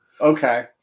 Okay